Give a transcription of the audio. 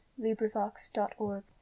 LibriVox.org